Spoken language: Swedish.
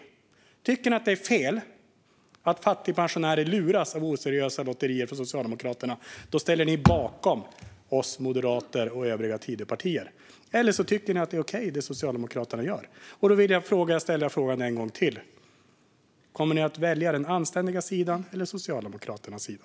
Om ni tycker att det är fel att fattigpensionärer luras av Socialdemokraternas oseriösa lotterier ställer ni er bakom oss moderater och övriga Tidöpartier. Eller tycker ni att det Socialdemokraterna gör är okej? Jag ställer frågan en gång till: Kommer ni att välja den anständiga sidan eller Socialdemokraternas sida?